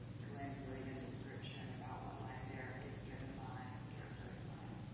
glimpse or even description about what life there is driven by or characterized by.